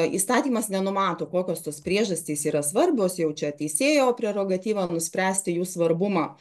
įstatymas nenumato kokios tos priežastys yra svarbios jau čia teisėjo prerogatyva nuspręsti jų svarbumą